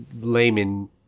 layman